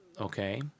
Okay